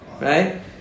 right